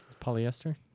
Polyester